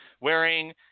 wearing